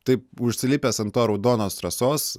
taip užsilipęs ant to raudonos trasos